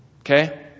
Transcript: Okay